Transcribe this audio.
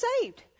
saved